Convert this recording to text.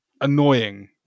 annoying